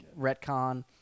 retcon